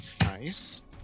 Nice